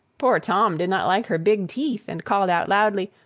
poor tom did not like her big teeth, and called out loudly,